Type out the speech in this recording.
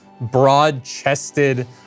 broad-chested